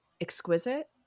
exquisite